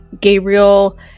Gabriel